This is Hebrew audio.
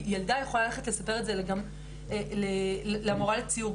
אם ילדה יכולה ללכת לספר את זה גם למורה לציור,